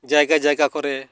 ᱡᱟᱭᱜᱟ ᱡᱟᱭᱜᱟ ᱠᱚᱨᱮ